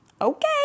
okay